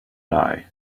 die